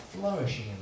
flourishing